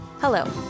Hello